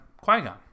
Qui-Gon